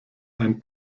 ein